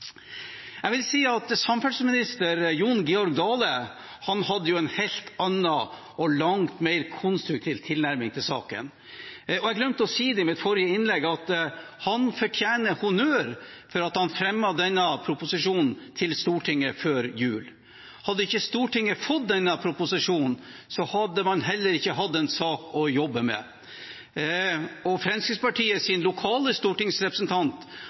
Jeg vil si at tidligere samferdselsminister Jon Georg Dale hadde en helt annen og langt mer konstruktiv tilnærming til saken. Jeg glemte å si i mitt forrige innlegg at han fortjener honnør for at han fremmet denne proposisjonen til Stortinget før jul. Hadde ikke Stortinget fått denne proposisjonen, hadde man heller ikke hatt en sak å jobbe med. Fremskrittspartiets lokale stortingsrepresentant har vært en god samarbeidspartner og